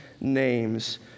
name's